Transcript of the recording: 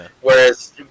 whereas –